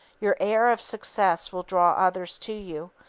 your air of success will draw others to you,